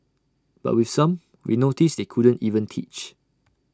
but with some we noticed they couldn't even teach